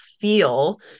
feel